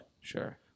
Sure